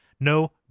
No